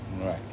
right